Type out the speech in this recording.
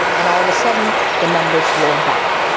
and all of a sudden the numbers rolled back.